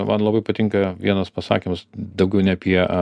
man labai patinka vienas pasakymas daugiau ne apie